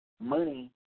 money